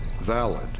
valid